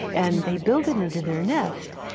and they build it into their nest.